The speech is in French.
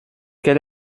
quel